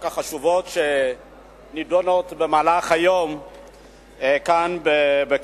החשובות שנדונות במהלך היום כאן בכנסת.